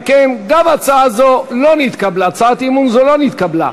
אם כן, רבותי, הצעת האי-אמון לא נתקבלה.